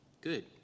good